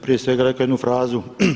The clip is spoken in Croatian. Prije svega rekao jednu frazu.